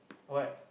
what